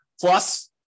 Plus